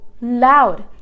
loud